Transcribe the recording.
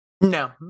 No